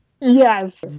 Yes